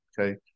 okay